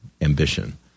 ambition